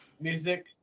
music